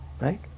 Right